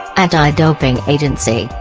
anti-doping agency,